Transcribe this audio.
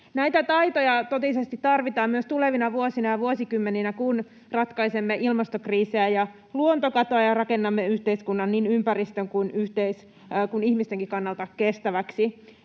Näitä taitoja totisesti tarvitaan myös tulevina vuosina ja vuosikymmeninä, kun ratkaisemme ilmastokriisiä ja luontokatoa ja rakennamme yhteiskunnan niin ympäristön kuin ihmistenkin kannalta kestäväksi.